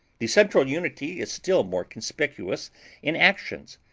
the central unity is still more conspicuous in actions.